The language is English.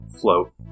float